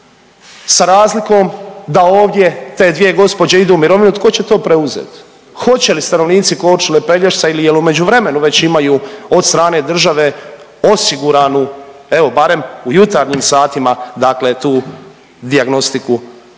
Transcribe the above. sa razlikom da ovdje te dvije gospođe idu u mirovinu. Tko će to preuzeti? Hoće li stanovnici Korčule, Pelješca ili je li u međuvremenu već imaju od strane države osiguranu, evo barem u jutarnjim satima, dakle tu dijagnostiku u